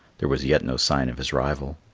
there was yet no sign of his rival.